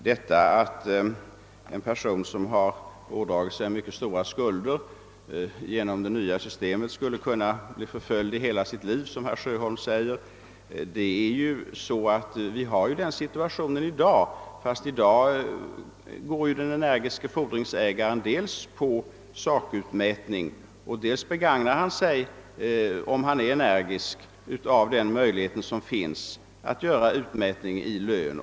Herr talman! Med anledning av att herr Sjöholm säger att en person, som har ådragit sig mycket stora skulder, skulle genom det nya systemet kunna bli förföljd i hela sitt liv vill jag framhålla, att vi har den situationen redan i dag med den skillnaden att i dag begagnar sig den energiske fordringsägaren dels av sakutmätning, dels av de möjligheter som finns att göra utmätning i lön.